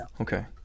okay